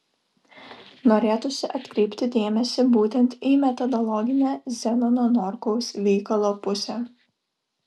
norėtųsi atkreipti dėmesį būtent į metodologinę zenono norkaus veikalo pusę